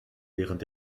während